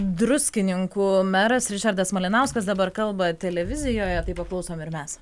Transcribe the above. druskininkų meras ričardas malinauskas dabar kalba televizijoje tai paklausom ir mes